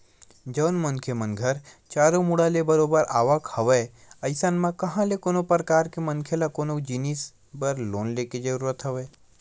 जउन मनखे मन घर चारो मुड़ा ले बरोबर आवक हवय अइसन म कहाँ ले कोनो परकार के मनखे ल कोनो जिनिस बर लोन लेके जरुरत हवय